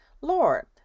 Lord